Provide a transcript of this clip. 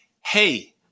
Hey